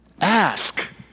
Ask